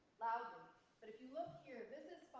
ah but if you look here, this is